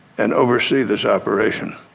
and oversee this operation.